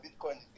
Bitcoin